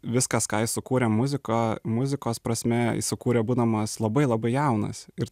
viskas ką jis sukūrė muziką muzikos prasme jis sukūrė būdamas labai labai jaunas ir